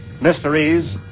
Mysteries